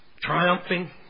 triumphing